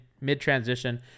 mid-transition